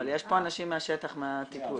אבל יש פה אנשים מהשטח מהטיפול.